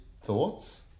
thoughts